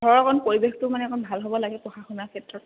ঘৰৰ অকণ পৰিৱেশটো মানে অকণ ভাল হ'ব লাগে পঢ়া শুনাৰ ক্ষেত্ৰত